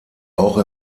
auch